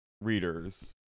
readers